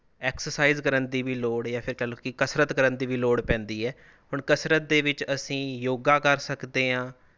exercise ਕਰਨ ਦੀ ਵੀ ਲੋੜ ਜਾਂ ਫਿਰ ਕਹਿ ਲਉ ਕਿ ਕਸਰਤ ਕਰਨ ਦੀ ਵੀ ਲੋੜ ਪੈਂਦੀ ਹੈ ਹੁਣ ਕਸਰਤ ਦੇ ਵਿੱਚ ਅਸੀਂ ਯੋਗਾ ਕਰ ਸਕਦੇ ਹਾਂ